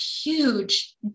huge